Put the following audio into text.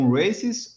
races